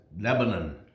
Lebanon